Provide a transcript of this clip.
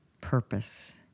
purpose